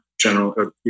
general